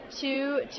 two